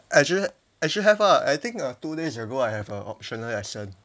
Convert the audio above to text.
actually actually have ah I think two days ago I have a optional lesson